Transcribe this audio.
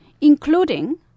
including